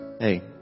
Hey